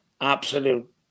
absolute